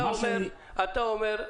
אתה אומר: